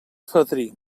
fadrí